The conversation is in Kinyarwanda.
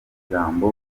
ijambo